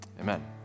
Amen